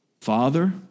Father